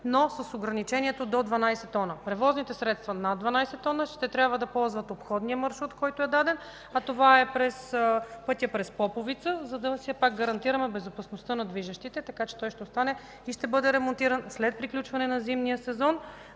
но с ограничението до 12 т. Превозните средства над 12 т ще трябва да ползват обходния маршрут, който е даден, а това е пътят през Поповица, за да гарантираме безопасността на движещите се. Той ще остане и ще бъде ремонтиран след приключване на зимния сезон